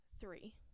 Three